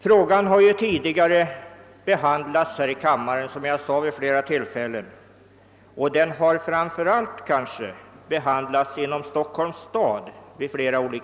Frågan har, som jag sade; tidigare behandlats här i kammaren vid flera tillfällen, och den har även och kanske framför allt behandlats inom Stockholms stad.